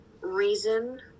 reason